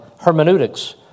hermeneutics